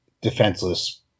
defenseless